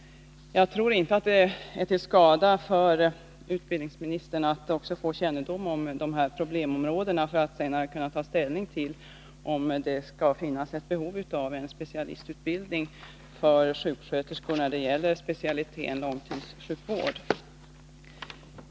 Jag tror inte att det är till skada för utbildningsministern att också få kännedom om dessa problemområden — för att senare kunna ta ställning till om det finns behov av specialistutbildning för sjuksköterskor när det gäller specialiteten långtidssjukvård.